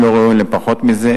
הם לא ראויים לפחות מזה,